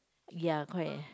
ya correct